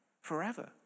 forever